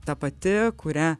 ta pati kurią